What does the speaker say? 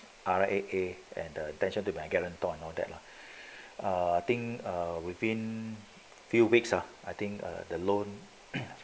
R_A_A and their intention to be my guarantor and all that lah err I think err within few weeks ah I think the loan